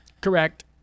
Correct